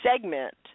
segment